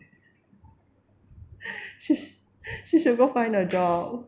she's she should go find a job